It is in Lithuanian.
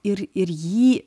ir ir jį